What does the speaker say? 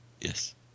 yes